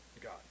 God